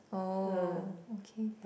oh okay